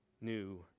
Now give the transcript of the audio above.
new